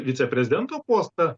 viceprezidento postą